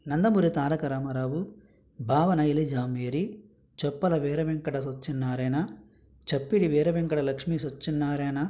నందమూరు తారక రామారావు భావ నైలెజ్ రాంభేరి చొప్పల వీరవెంకట సత్యనారాయణ చప్పిడి వీర వెంకట లక్ష్మీ సత్యనారాయణ